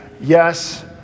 yes